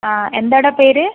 ആ എന്താ ഡാ പേര്